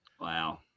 Wow